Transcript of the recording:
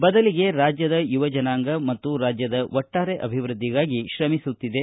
ಬದಲಿಗೆ ರಾಜ್ಯದ ಯುವ ಜನಾಂಗ ಮತ್ತು ರಾಜ್ಯದ ಒಟ್ಸಾರೆ ಅಭಿವೃದ್ದಿಗಾಗಿ ತ್ರಮಿಸುತ್ತಿದೆ